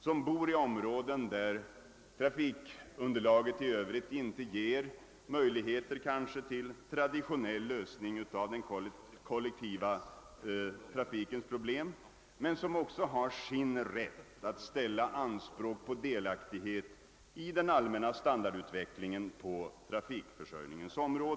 Som bor i områden, där trafikunderlaget i övrigt kanske inte ger möjligheter till traditionell lösning av den kollektiva trafikens problem, men som också har sin rätt att ställa anspråk på delaktighet i den allmänna standardutvecklingen på trafikförsörjningens område.